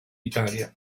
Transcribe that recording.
italia